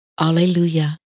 Alleluia